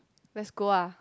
let's go ah